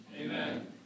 Amen